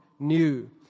new